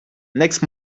next